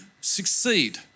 succeed